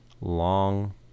long